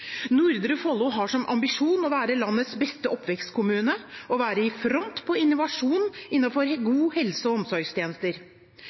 Nordre Follo har som ambisjon å være landets beste oppvekstkommune og være i front på innovasjon